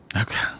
okay